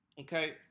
Okay